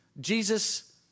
Jesus